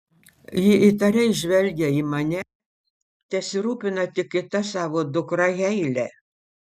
ji įtariai žvelgia į mane tesirūpina tik kita savo dukra heile